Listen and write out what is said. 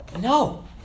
No